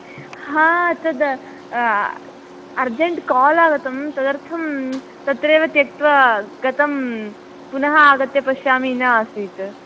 हा तद् urgent call आगतम् तदर्थं तत्रैव त्यक्त्वा गतम् पुनः आगत्य पश्यामि नासीत्